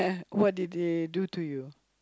what did they do to you